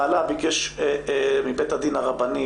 בעלה ביקש מבית הדין הרבני